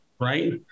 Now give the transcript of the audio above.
right